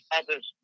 others